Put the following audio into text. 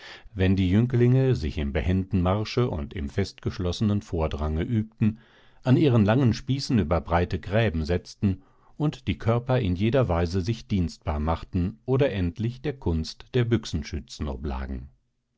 wenn die jünglinge sich im behenden marsche und im festgeschlossenen vordrange übten an ihren langen spießen über breite gräben setzten und die körper in jeder weise sich dienstbar machten oder endlich der kunst der büchsenschützen oblagen